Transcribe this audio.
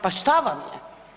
Pa što vam je?